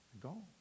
gone